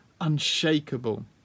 unshakable